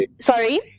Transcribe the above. Sorry